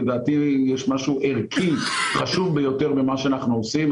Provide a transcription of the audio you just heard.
לדעתי יש משהו ערכי חשוב ביותר במה שאנחנו עושים.